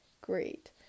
Great